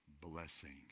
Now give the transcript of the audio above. blessing